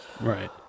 right